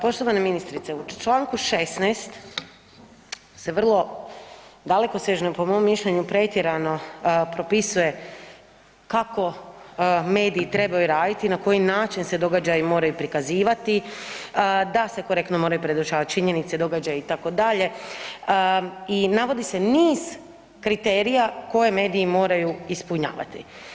Poštovana ministrice, u čl. 16. se vrlo dalekosežno po mom mišljenju pretjerano propisuje kako mediji trebaju raditi, na koji način se događa i moraju prikazivati, da se korektno moraju predočavati činjenice, događaji itd. i navodi se niz kriterija koje mediji moraju ispunjavati.